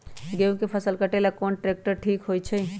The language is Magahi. गेहूं के फसल कटेला कौन ट्रैक्टर ठीक होई?